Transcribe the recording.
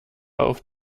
auf